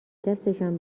دستشان